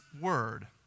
word